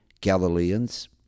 Galileans